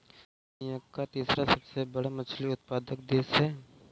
भारत दुनिया का तीसरा सबसे बड़ा मछली उत्पादक देश है